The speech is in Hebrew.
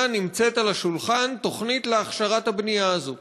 נמצאת על השולחן תוכנית להכשרת הבנייה הזאת.